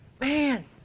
man